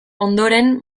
ondoren